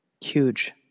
Huge